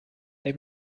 they